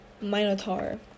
minotaur